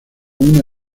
una